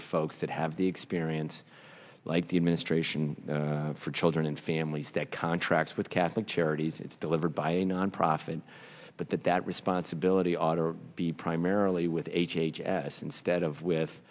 the folks that have the experience like the administration for children and families that contracts with catholic charities it's delivered by a nonprofit but that that responsibility ought to be primarily with h h s instead of with